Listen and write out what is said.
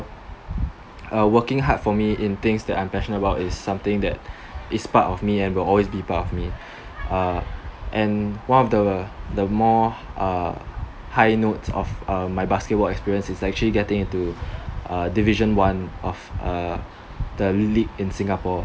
uh working hard for me in things that I'm passionate about is something that is part of me and will always be part of me uh and one of the the more uh high notes of um my basketball experience is actually getting into uh division one of uh the league in Singapore